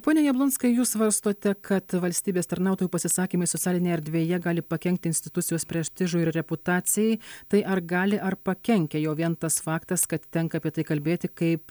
pone jablonskai jūs svarstote kad valstybės tarnautojų pasisakymai socialinėje erdvėje gali pakenkti institucijos prestižui ir reputacijai tai ar gali ar pakenkia jau vien tas faktas kad tenka apie tai kalbėti kaip